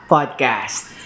Podcast